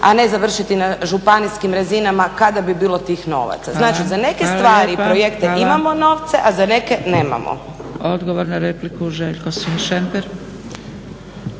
a ne završiti na županijskim razinama kada bi bilo tih novaca. Znači, za neke stvari i projekte imamo novce, a za neke nemamo.